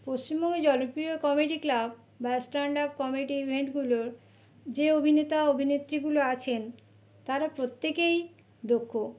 পশ্চিমবঙ্গের জনপ্রিয় comedy club বা স্ট্যান্ড আপ কমেডি ইভেন্টগুলোর যে অভিনেতা অভিনেত্রীগুলো আছেন তারা প্রত্যেকেই দক্ষ